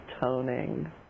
toning